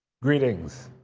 greetings.